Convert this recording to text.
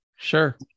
Sure